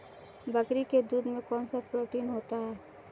बकरी के दूध में कौनसा प्रोटीन होता है?